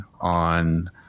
on